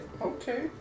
Okay